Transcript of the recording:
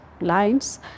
lines